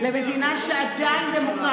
בית משפט עליון הכשיר אותו,